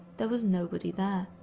there was nobody there.